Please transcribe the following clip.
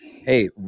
Hey